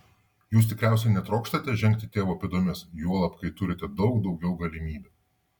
jūs tikriausiai netrokštate žengti tėvo pėdomis juolab kai turite daug daugiau galimybių